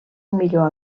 millor